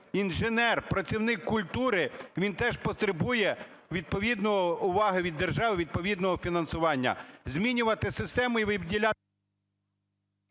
інженер, працівник культури, він теж потребує відповідної уваги від держави, відповідного фінансування. Змінювати систему і виділяти…